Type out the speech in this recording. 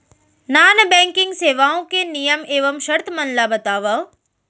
non banking सेवाओं के नियम एवं शर्त मन ला बतावव